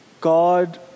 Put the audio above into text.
God